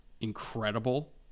incredible